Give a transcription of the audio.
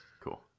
Cool